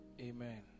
Amen